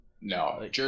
no